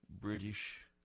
British